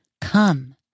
come